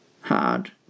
hard